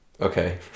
okay